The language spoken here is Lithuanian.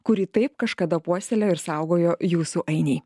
kurį taip kažkada puoselėjo ir saugojo jūsų ainiai